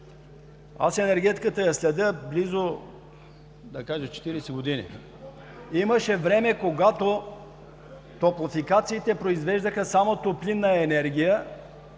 Аз енергетиката я следя близо, да кажа, 40 години. Имаше време, когато топлофикациите произвеждаха само топлинна енергия